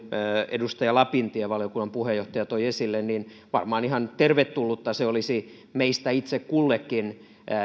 edustaja lapintie valiokunnan puheenjohtaja toi esille niin varmaan ihan tervetullutta se olisi meistä itse kullekin